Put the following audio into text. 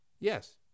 Yes